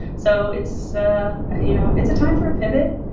so, it's ah you know it's a time for a pivot.